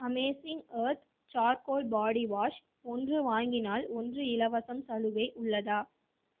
amazing earth charcoal body wash ஒன்று வாங்கினால் ஒன்று இலவசம் சலுகை உள்ளதா